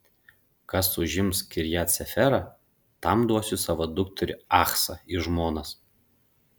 kas užims kirjat seferą tam duosiu savo dukterį achsą į žmonas